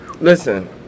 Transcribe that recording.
listen